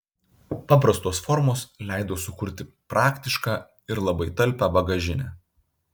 paprastos formos leido sukurti praktišką ir labai talpią bagažinę